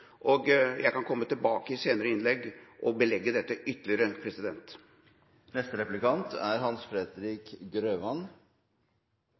konkrete. Jeg kan komme tilbake i senere innlegg og belegge dette ytterligere.